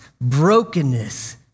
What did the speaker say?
brokenness